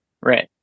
Right